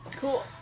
cool